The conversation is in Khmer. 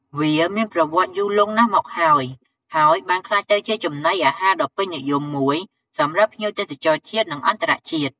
វាមានប្រវត្តិយូរលង់ណាស់មកហើយ ហើយបានក្លាយទៅជាចំណីអាហារដ៏ពេញនិយមមួយសម្រាប់ភ្ញៀវទេសចរជាតិ និងអន្តរជាតិ។